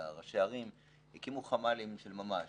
ראש ערים הקימו חמ"לים של ממש.